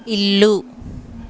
ఇల్లు